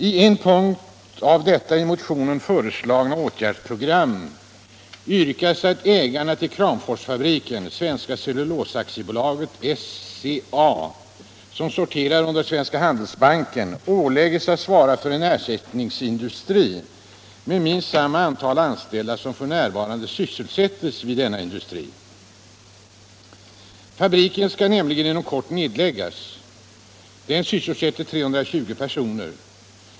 I en punkt av detta i motionen föreslagna åtgärdsprogram yrkas att ägarna till Kramforsfabriken — Svenska Cellulosa AB, SCA, som sorterar under Svenska Handelsbanken — åläggs att svara för en ersättningsindustri med minst samma antal som f. n. sysselsätts vid denna industri. Fabriken skall nämligen inom kort nedläggas. Den sysselsätter 320 personer.